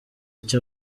icyo